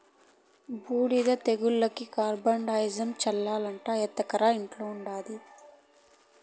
బూడిద తెగులుకి కార్బండిజమ్ చల్లాలట ఎత్తకరా ఇంట్ల ఉండాది